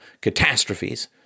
catastrophes